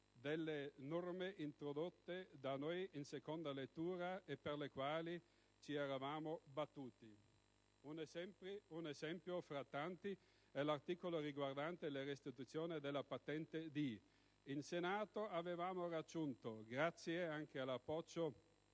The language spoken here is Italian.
alcune norme introdotte da noi in seconda lettura e per le quali ci eravamo battuti. Un esempio tra tanti è l'articolo riguardante la restituzione della patente D. In Senato, grazie anche all'apporto